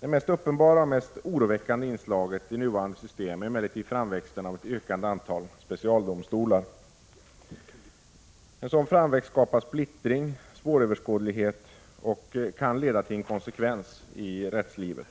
Det mest uppenbara och mest oroväckande inslaget i nuvarande system är emellertid framväxten av ett ökande antal specialdomstolar. En sådan framväxt skapar splittring och svåröverskådlighet och kan leda till inkonsekvens i rättslivet.